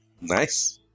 Nice